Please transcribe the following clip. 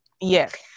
Yes